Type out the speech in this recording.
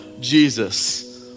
Jesus